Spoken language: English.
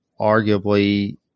arguably